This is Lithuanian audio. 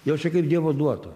jau čia kaip dievo duota